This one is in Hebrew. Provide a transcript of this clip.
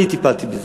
אני טיפלתי בזה.